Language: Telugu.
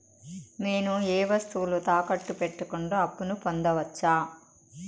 నేను ఏ వస్తువులు తాకట్టు పెట్టకుండా అప్పును పొందవచ్చా?